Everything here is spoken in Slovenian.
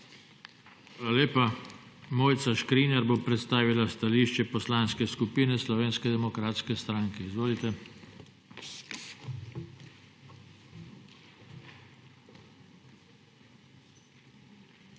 Hvala lepa. Boris Doblekar bo predstavil stališče Poslanske skupine Slovenske demokratske stranke. Izvolite. BORIS